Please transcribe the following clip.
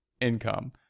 income